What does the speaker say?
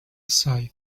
aside